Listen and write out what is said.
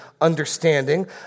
understanding